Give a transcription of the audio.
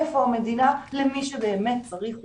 איפה המדינה למי שבאמת צריך אותה?